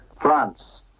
France